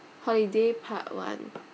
holiday part one